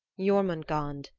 jormungand,